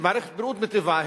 ומערכת בריאות מטבעה,